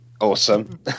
Awesome